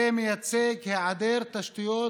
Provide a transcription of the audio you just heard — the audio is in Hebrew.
זה מייצג היעדר תשתיות,